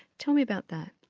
tell me about that.